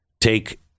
take